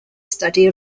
study